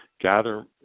gather